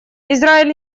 израиль